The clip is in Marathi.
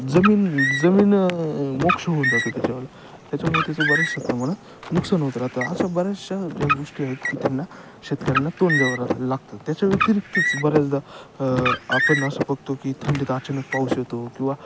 जमीन जमीन मोक्ष होऊन जातं त्याच्यावालं त्याच्यामुळे त्याचं बऱ्याचशा प्रमाणात नुकसान होत राहतं अशा बऱ्याचशा ज्या गोष्टी आहेत की त्यांना शेतकऱ्यांना तोंड द्यावं राह लागतात त्याच्या व्यतिरिक्तच बऱ्याचदा आपण असं बघतो की थंडीत अचानक पाऊस येतो किंवा